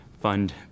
fund